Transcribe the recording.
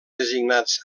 designats